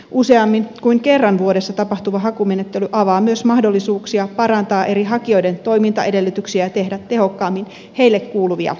useammin kuin kerran vuodessa tapahtuva hakumenettely avaa myös mahdollisuuksia parantaa eri hakijoiden toimintaedellytyksiä ja tehdä tehokkaammin heille kuuluvia tehtäviä